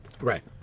Right